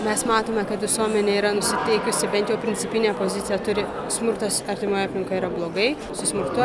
mes matome kad visuomenė yra nusiteikusi bent jau principinę poziciją turi smurtas artimoje aplinkoje yra blogai su smurtu